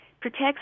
protects